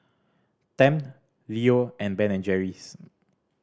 Tempt Leo and Ben and Jerry's